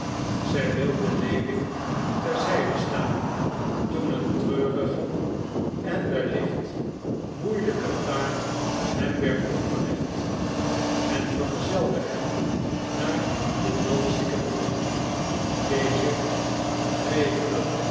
zij wilde lewin ter zijde staan toen een treurige en wellicht moeielijke taak hem werd opgelegd en vergezelde hem naar den doodzieken broeder deze